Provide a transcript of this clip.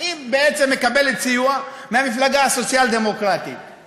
היא בעצם מקבלת סיוע מהמפלגה הסוציאל-דמוקרטית,